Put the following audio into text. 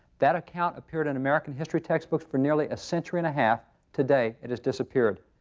that account appeared in american history textbooks for nearly a century and a half. today it has disappeared.